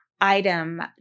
item